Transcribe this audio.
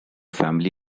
family